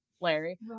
Larry